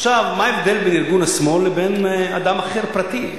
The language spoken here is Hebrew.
מה ההבדל בין ארגון השמאל לבין אדם אחר, פרטי?